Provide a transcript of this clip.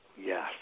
Yes